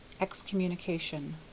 excommunication